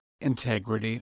integrity